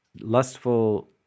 lustful